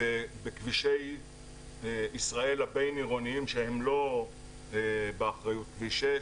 בכבישי ישראל הבין עירוניים שהם לא באחריות כביש 6,